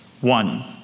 One